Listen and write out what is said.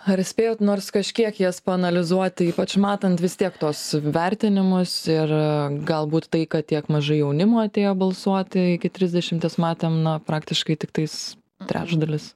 ar spėjot nors kažkiek jas paanalizuoti ypač matant vis tiek tuos vertinimus ir galbūt tai kad tiek mažai jaunimo atėjo balsuoti iki trisdešimties matėm na praktiškai tiktais trečdalis